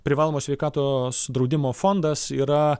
privalomo sveikatos draudimo fondas yra